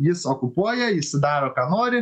jis okupuoja jisai daro ką nori